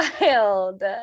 wild